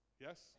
Yes